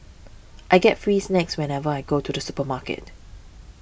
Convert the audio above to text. I get free snacks whenever I go to the supermarket